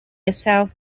itself